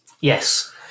yes